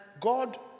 God